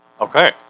Okay